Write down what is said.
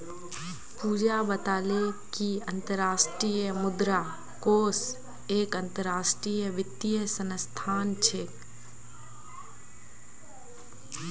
पूजा बताले कि अंतर्राष्ट्रीय मुद्रा कोष एक अंतरराष्ट्रीय वित्तीय संस्थान छे